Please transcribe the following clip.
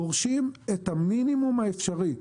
אנחנו דורשים את המינימום האפשרי.